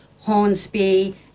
Hornsby